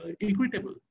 equitable